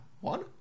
one